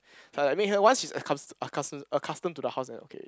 like I make her once she is accus~ acuss~ accustomed accustomed to the house then okay